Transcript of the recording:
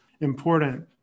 important